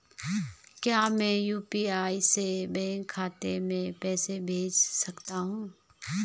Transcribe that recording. क्या मैं यु.पी.आई से बैंक खाते में पैसे भेज सकता हूँ?